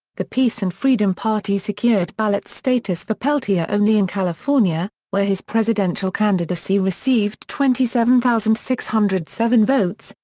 the peace and freedom party secured ballot status for peltier only in california, where his presidential candidacy received twenty seven thousand six hundred and seven votes,